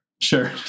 sure